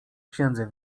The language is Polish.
księdze